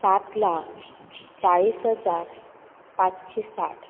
सात लाख चाळीस हजार पांचशें साठ